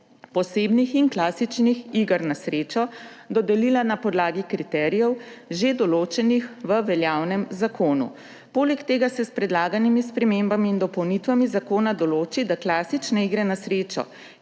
posebnih in klasičnih iger na srečo dodelila na podlagi kriterijev, že določenih v veljavnem zakonu. Poleg tega se s predlaganimi spremembami in dopolnitvami zakona določi, da klasične igre na srečo,